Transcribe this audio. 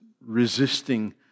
resisting